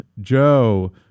Joe